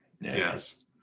Yes